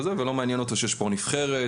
ולא מעניין אותו שיש פה נבחרת,